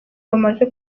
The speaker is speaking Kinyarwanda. bamaze